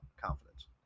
confidence